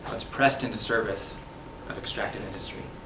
is pressed into service of extractive industry,